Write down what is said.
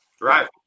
Right